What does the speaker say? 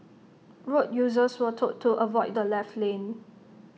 road users were told to avoid the left lane